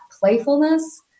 playfulness